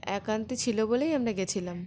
একান্তে ছিল বলেই আমরা গেছিলাম